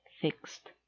fixed